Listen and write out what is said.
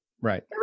Right